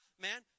man